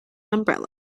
umbrella